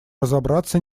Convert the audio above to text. разобраться